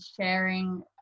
Sharing